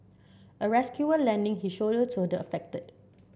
a rescuer lending his shoulder to the affected